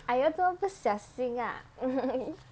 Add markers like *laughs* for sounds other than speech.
!aiyo! 这么不小心 ah *laughs*